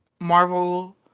Marvel